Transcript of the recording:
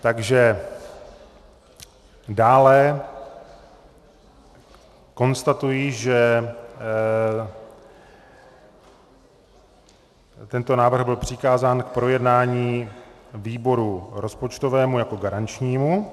Takže dále konstatuji, že tento návrh byl přikázán k projednání výboru rozpočtovému jako garančnímu.